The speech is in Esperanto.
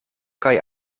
kaj